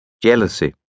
Jealousy